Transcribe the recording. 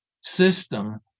system